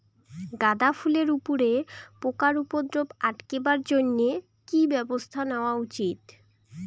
গাঁদা ফুলের উপরে পোকার উপদ্রব আটকেবার জইন্যে কি ব্যবস্থা নেওয়া উচিৎ?